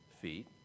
feet